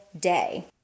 day